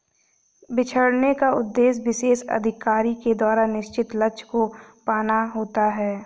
बिछड़ने का उद्देश्य विशेष अधिकारी के द्वारा निश्चित लक्ष्य को पाना होता है